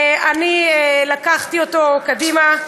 אני לקחתי אותה קדימה,